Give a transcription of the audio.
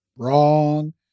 wrong